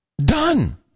Done